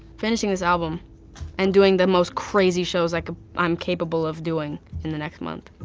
finishing this album and doing the most crazy shows like i'm capable of doing in the next month.